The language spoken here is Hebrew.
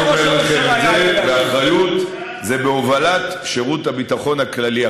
אני אומר לכם את זה באחריות: זה בהובלת שירות הביטחון הכללי,